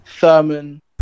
Thurman